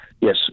yes